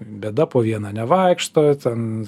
bėda po vieną nevaikšto ten